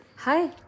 Hi